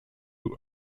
loup